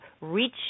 reach